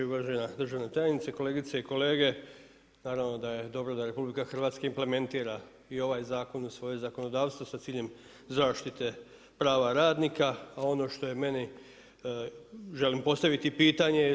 Uvažena državna tajnice, kolegice i kolege, naravno da je dobro da je RH implementira i ovaj zakon u svoje zakonodavstvo sa ciljem zaštite prava radnika, a ono što je meni, želim postaviti pitanje.